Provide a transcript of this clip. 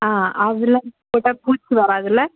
ஆ அதெல்லாம் போட்டால் பூச்சி வாராதுல்ல